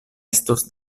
estos